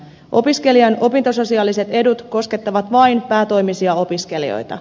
opiskelijan opintososiaaliset edut koskevat vain päätoimisia opiskelijoita